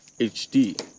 HD